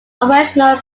operational